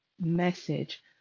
message